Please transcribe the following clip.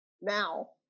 now